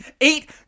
Eight